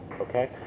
Okay